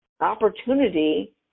opportunity